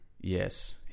Yes